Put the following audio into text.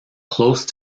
close